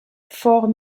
fort